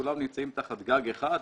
כולם נמצאים תחת גג אחד.